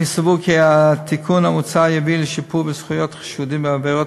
אני סבור כי התיקון המוצע יביא לשיפור בזכויות חשודים בעבירות